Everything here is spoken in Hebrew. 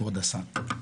כבוד השר,